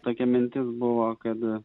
tokia mintis buvo kad